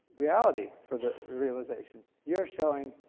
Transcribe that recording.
reality for the realization you're showing